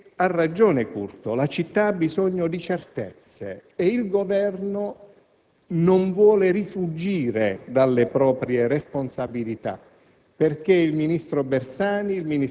norme stesse. Ha ragione il senatore Curto: la città ha bisogno di certezze e il Governo non vuole rifuggire dalle proprie responsabilità.